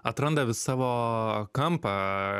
atranda vis savo kampą